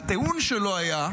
הטיעון שלו היה,